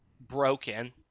broken